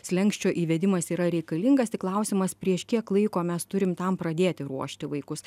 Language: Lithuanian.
slenksčio įvedimas yra reikalingas tik klausimas prieš kiek laiko mes turim tam pradėti ruošti vaikus